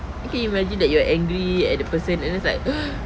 then can you imagine that you are angry at the person and then like ugh